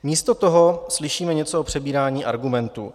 Místo toho slyšíme něco o přebírání argumentů.